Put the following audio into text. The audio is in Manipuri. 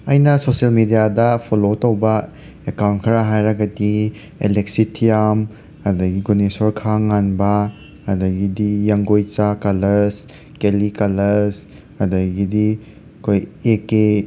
ꯑꯩꯅ ꯁꯣꯁꯤꯌꯦꯜ ꯃꯦꯗꯤꯌꯥꯗ ꯐꯣꯂꯣ ꯇꯧꯕ ꯑꯦꯀꯥꯎꯟ ꯈꯔ ꯍꯥꯏꯔꯒꯗꯤ ꯑꯦꯂꯦꯛꯁꯤ ꯊꯤꯌꯥꯝ ꯑꯗꯒꯤ ꯒꯨꯅꯦꯁꯣꯔ ꯈꯥ ꯉꯥꯟꯕ ꯑꯗꯒꯤꯗꯤ ꯌꯥꯡꯒꯣꯏꯆꯥ ꯀꯂꯁ ꯀꯦꯂꯤ ꯀꯂꯁ ꯑꯗꯒꯤꯗꯤ ꯑꯩꯈꯣꯏ ꯑꯦ ꯀꯦ